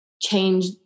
change